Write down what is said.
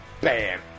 Bam